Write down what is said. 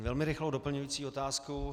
Velmi rychlou doplňující otázku.